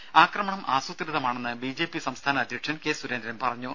രുദ ആക്രമണം ആസൂത്രിതമാണെന്ന് ബി ജെ പി സംസ്ഥാന അധ്യക്ഷൻ കെ സുരേന്ദ്രൻ പറഞ്ഞു